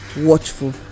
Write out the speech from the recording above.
watchful